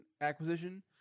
acquisition